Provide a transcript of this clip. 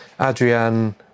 Adrian